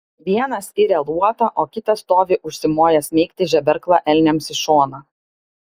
vienas iria luotą o kitas stovi užsimojęs smeigti žeberklą elniams į šoną